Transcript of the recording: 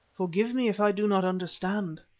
forgive me if i do not understand.